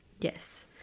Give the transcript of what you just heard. Yes